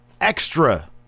extra